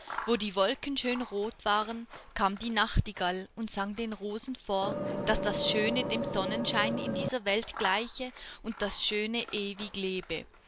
wo die wolken schön rot waren kam die nachtigall und sang den rosen vor daß das schöne dem sonnenschein in dieser welt gleiche und das schöne ewig lebe